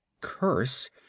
curse